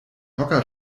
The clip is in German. hocker